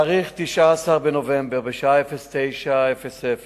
ב-19 בנובמבר בשעה 09:00